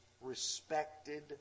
respected